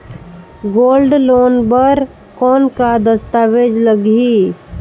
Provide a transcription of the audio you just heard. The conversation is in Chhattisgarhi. गोल्ड लोन बर कौन का दस्तावेज लगही?